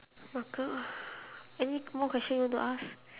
ah girl any more questions you want to ask